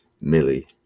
Millie